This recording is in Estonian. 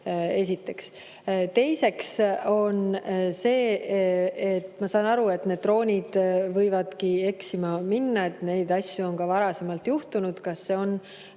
Esiteks. Teiseks on see, nagu ma aru saan, et need droonid võivadki eksima minna, neid asju on ka varasemalt juhtunud. Kas see on